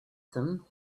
them